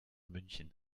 münchen